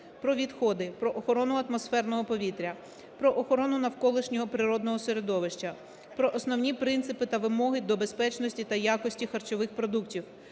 "Про відходи", "Про охорону атмосферного повітря", "Про охорону навколишнього природного середовища", "Про основні принципи та вимоги до безпечності та якості харчових продуктів",